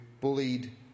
bullied